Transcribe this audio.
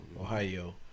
Ohio